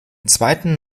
zweiten